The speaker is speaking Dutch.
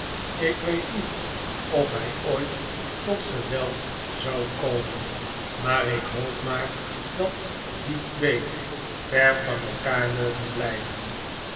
ik weet niet of hij ooit tot geweld zou komen maar ik hoop maar dat die twee ver van elkaar mogen blijven